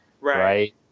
Right